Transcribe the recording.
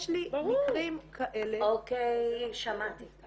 יש לי מקרים כאלה --- אוקיי, שמעתי.